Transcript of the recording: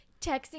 texting